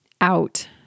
out